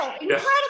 Incredible